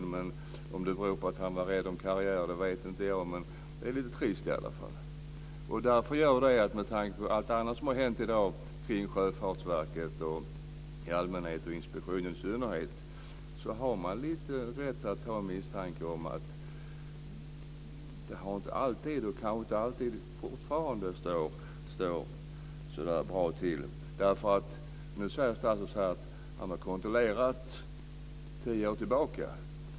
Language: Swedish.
Jag vet inte om det beror på att han var rädd om karriären, men det är i varje fall lite trist. Med tanke på allt annat som har hänt i dag kring Sjöfartsverket i allmänhet och kring inspektionen i synnerhet har man lite rätt att ha en misstanke om att det inte alltid har varit bra, och kanske fortfarande inte alltid står bra till. Nu säger statsrådet att han har kontrollerat tio år tillbaka.